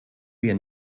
wir